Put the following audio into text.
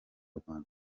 rwanda